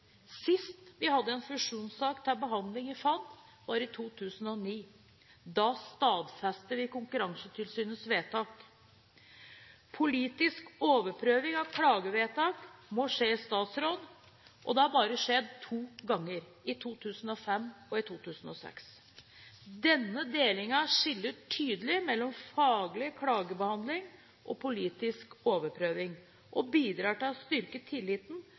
Sist vi hadde en fusjonssak til behandling i Fornyings-, administrasjons- og kirkedepartementet, var i 2009. Da stadfestet vi Konkurransetilsynets vedtak. Politisk overprøving av klagevedtak må skje i statsråd, og det har bare skjedd to ganger – i 2005 og 2006. Denne delingen skiller tydelig mellom faglig klagebehandling og politisk overprøving og bidrar til å styrke tilliten